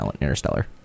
Interstellar